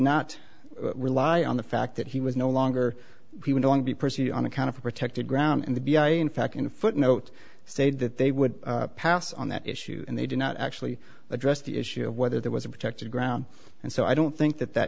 not rely on the fact that he was no longer going to be pursued on a kind of protected ground in the b i in fact in a footnote said that they would pass on that issue and they did not actually address the issue of whether there was a protected ground and so i don't think that that